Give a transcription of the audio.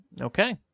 okay